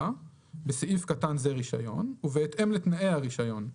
(בסעיף קטן זה רישיון ובהתאם לתנאי הרישיון: